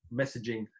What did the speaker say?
messaging